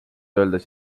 öeldes